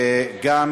וגם,